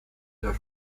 their